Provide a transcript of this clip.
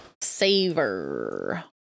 Savor